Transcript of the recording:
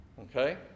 Okay